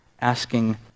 asking